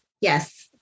Yes